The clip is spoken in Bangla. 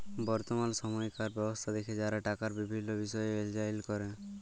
বর্তমাল সময়কার ব্যবস্থা দ্যাখে যারা টাকার বিভিল্ল্য বিষয় এলালাইজ ক্যরে